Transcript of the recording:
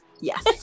Yes